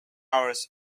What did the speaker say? hours